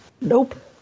Nope